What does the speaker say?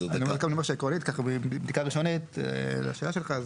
אומר שעקרונית מבדיקה ראשונית לשאלה שלך,